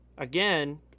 Again